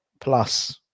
plus